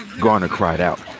garner cried out.